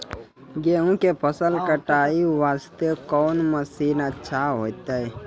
गेहूँ के फसल कटाई वास्ते कोंन मसीन अच्छा होइतै?